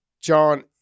John